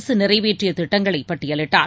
அரசு நிறைவேற்றிய திட்டங்களை பட்டியிலிட்டார்